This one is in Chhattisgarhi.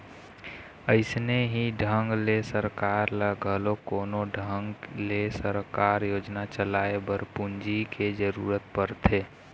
अइसने ही ढंग ले सरकार ल घलोक कोनो ढंग ले सरकारी योजना चलाए बर पूंजी के जरुरत पड़थे